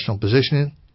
positioning